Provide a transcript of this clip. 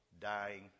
dying